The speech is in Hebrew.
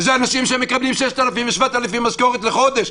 זה אנשים שמקבלים 6,000 ו-7,000 שקל משכורת לחודש.